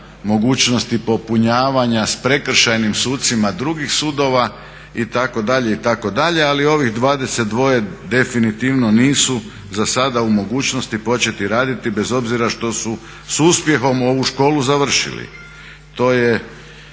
mogućnosti popunjavanja s prekršajnim sucima drugih sudova itd., itd., ali ovih 22 definitivno nisu za sada u mogućnosti početi raditi bez obzira što su s uspjehom ovu školu završili.